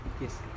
Yes